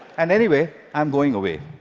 and anyway, i am going away.